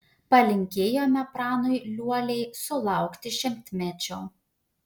palinkėjome pranui liuoliai sulaukti šimtmečio